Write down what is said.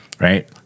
right